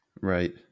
Right